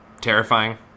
terrifying